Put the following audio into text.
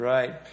Right